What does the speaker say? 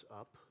up